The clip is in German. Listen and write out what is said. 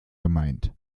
gemeint